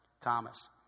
Thomas